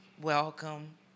welcome